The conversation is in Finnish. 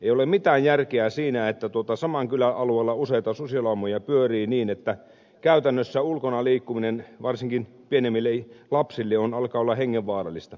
ei ole mitään järkeä siinä että saman kylän alueella useita susilaumoja pyörii niin että käytännössä ulkona liikkuminen varsinkin pienemmille lapsille alkaa olla hengenvaarallista